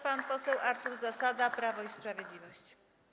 Pan poseł Artur Zasada, Prawo i Sprawiedliwość.